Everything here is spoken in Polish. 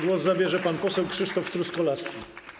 Głos zabierze pan poseł Krzysztof Truskolaski.